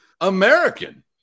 American